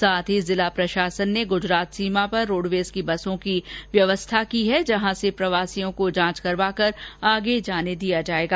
साथ ही जिला प्रशासन ने गुजरात सीमा पर रोडवेज की बसों की व्यवस्था की है जहां से प्रवासियों को जांच करवाकर आगे जाने दिया जाएगा